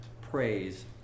praise